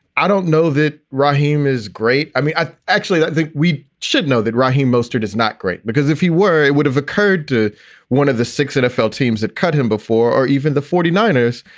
i don't know that raheem is great i mean, i actually think we should know that rahim moster does not great, because if he were, it would have occurred to one of the six nfl teams that cut him before or even the forty niners,